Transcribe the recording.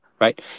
right